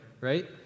right